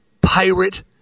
pirate